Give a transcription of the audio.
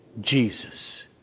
Jesus